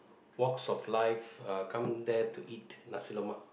walks of life come there to eat nasi-lemak